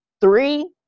three